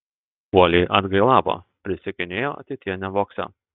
uoliai atgailavo prisiekinėjo ateityje nevogsią